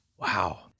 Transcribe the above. Wow